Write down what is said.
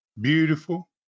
Beautiful